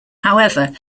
however